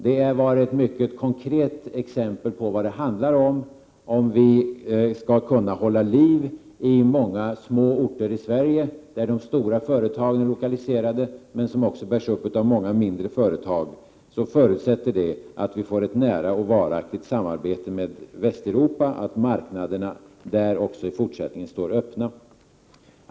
Det var ett mycket konkret exempel på vad det handlar om. Om vi skall kunna hålla liv i många små orter i Sverige dit stora företag är lokaliserade — men där också många mindre företag bär upp sysselsättningen — förutsätter detta ett nära och varaktigt samarbete med Västeuropa. Marknaderna där måste också i fortsättningen stå öppna för dessa företag.